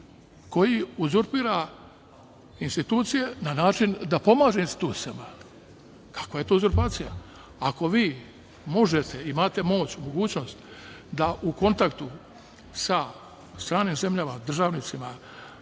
koji uzurpira institucije na način da pomaže institucijama. Kakva je to uzurpacija? Ako vi možete i imate moć i mogućnost da u kontaktu sa stranim zemljama, državnicima,